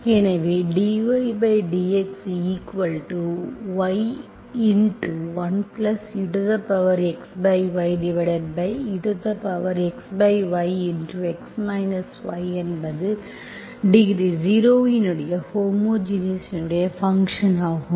எனவே dydxy 1exyexy x y என்பது degree zero in homogeneous in function ஆகும்